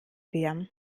wir